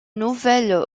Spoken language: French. nouvelle